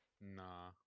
Nah